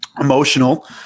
emotional